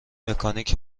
مکانیک